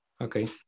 Okay